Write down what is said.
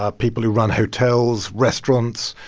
ah people who run hotels, restaurants,